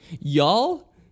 Y'all